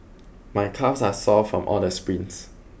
my calves are sore from all the sprints